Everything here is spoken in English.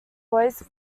always